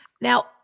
Now